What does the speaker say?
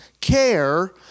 care